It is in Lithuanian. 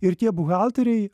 ir tie buhalteriai